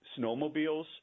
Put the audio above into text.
snowmobiles